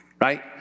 Right